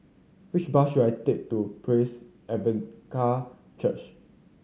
which bus should I take to Praise Church